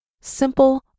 Simple